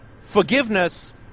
Forgiveness